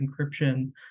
encryption